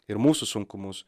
ir mūsų sunkumus